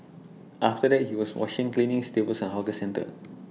after that he was washing cleaning tables at hawker centre